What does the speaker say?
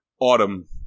autumn